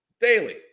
daily